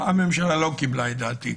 הממשלה לא קיבלה את דעתי.